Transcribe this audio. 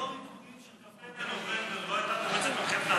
אם לא הריקודים של כ"ט בנובמבר לא הייתה פורצת מלחמת העצמאות?